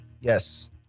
Yes